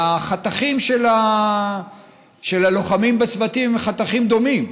והחתכים של הלוחמים בצוותים הם חתכים דומים.